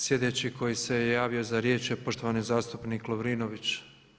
Sljedeći koji se javio za riječ je poštovani zastupnik Lovrinović.